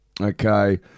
Okay